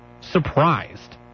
surprised